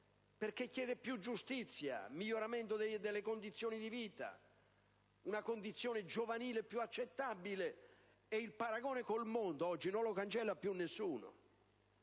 perché chiede più giustizia, il miglioramento delle condizioni di vita, una condizione giovanile più accettabile e il paragone con il mondo oggi è veloce e non lo cancella più nessuno.